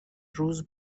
روز